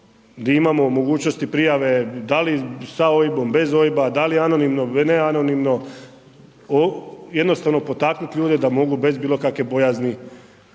imamo mogućnosti prijave, da li sa OIB-om, bez OIB-a, da li anonimno, neanonimno, jednostavno potaknut ljude da mogu bez bilo kakve bojazni